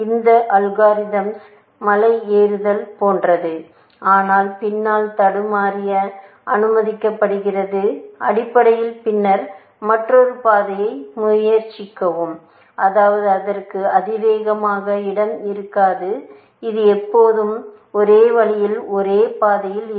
இந்த அல்காரிதம்ஸ் மலை ஏறுதல் போன்றது ஆனால் பின்னால் தடமறிய அனுமதிக்கப்படுகிறது அடிப்படையில் பின்னர் மற்றொரு பாதையை முயற்சிக்கவும் அதாவது அதற்கு அதிவேக இடம் இருக்காது இது எப்போதும் ஒரே வழியில் ஒரே பாதையில் இருக்கும்